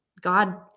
God